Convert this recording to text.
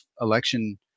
election